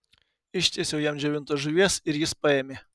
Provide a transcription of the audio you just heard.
ištiesiau jam džiovintos žuvies ir jis paėmė